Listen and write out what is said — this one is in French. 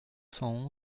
cent